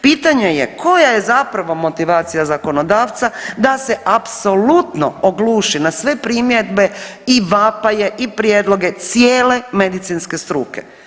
Pitanje koja je zapravo motivacija zakonodavca da se apsolutno ogluši na sve primjedbe i vapaje i prijedloge cijele medicinske struke?